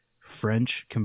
French